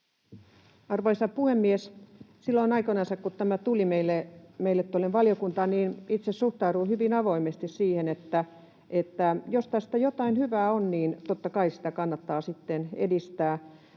Arvoisa puhemies! Silloin aikoinansa kun tämä tuli meille tuonne valiokuntaan, itse suhtauduin hyvin avoimesti siihen, että jos tästä jotain hyvää on, niin totta kai sitä kannattaa sitten edistää.